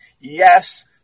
yes